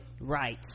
right